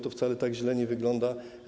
To wcale tak źle nie wygląda.